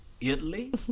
Italy